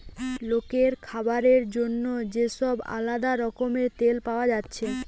লোকের খাবার জন্যে যে সব আলদা রকমের তেল পায়া যাচ্ছে